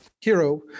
hero